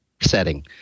setting